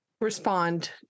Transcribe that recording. respond